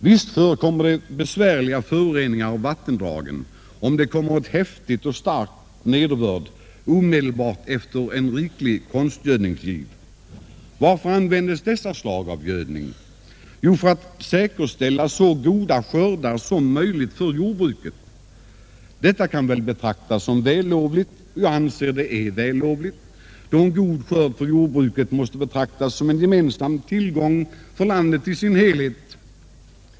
Visst förekommer det besvärliga föroreningar av vattendragen då en häftig och stark nederbörd omedelbart föregåtts av en riklig konstgödningsgiv. Varför användes dessa slag av gödning? Jo, för att säkerställa så goda skördar som möjligt för jordbruket. Detta torde kunna betraktas som vällovligt, och jag anser också att så är fallet alldenstund en god skörd för jordbruket måste betraktas som en tillgång för landet i dess helhet.